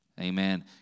Amen